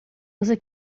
você